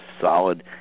solid